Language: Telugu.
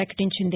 ప్రపకటించింది